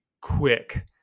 quick